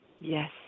Yes